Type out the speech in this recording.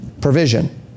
provision